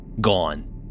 Gone